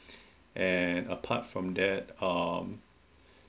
and apart from that um